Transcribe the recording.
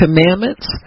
commandments